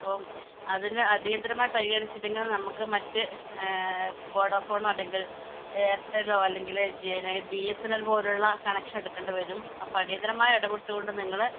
അപ്പം അതിന് അടിയന്തരമായി പരിഗണിച്ചില്ലെങ്കിൽ നമുക്ക് മറ്റ് വോഡോഫോണോ അല്ലെങ്കിൽ എയർടെല്ലോ അല്ലെങ്കിൽ ബി എസ് എൻ എൽ പോലുള്ള കണക്ഷനെടുക്കേണ്ടി വരും അപ്പം അടിയന്തരമായി ഇടപ്പെട്ടുകൊണ്ട് നിങ്ങൾ